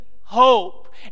hope